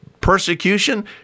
Persecution